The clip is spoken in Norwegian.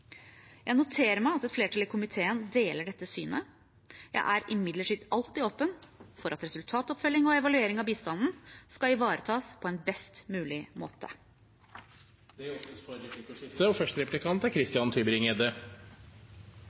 Jeg noterer meg at et flertall i komiteen deler dette synet. Jeg er imidlertid alltid åpen for at resultatoppfølging og evaluering av bistanden skal ivaretas på best mulig måte. Det blir replikkordskifte.